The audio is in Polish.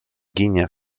ginie